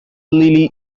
lily